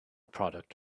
product